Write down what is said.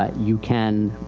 ah you can,